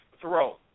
throw